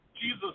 Jesus